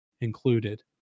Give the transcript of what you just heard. included